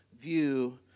view